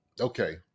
Okay